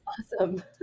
awesome